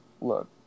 Look